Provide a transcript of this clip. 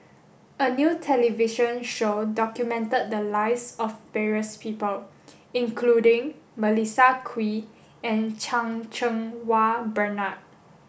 a new television show documented the lies of various people including Melissa Kwee and Chan Cheng Wah Bernard